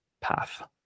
path